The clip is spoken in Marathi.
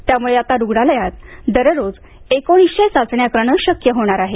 त्यामुळे आता रुग्णालयात दररोज एकोणीसशे चाचण्या करणं शक्य होणार आहे